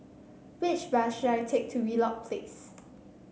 which bus should I take to Wheelock Place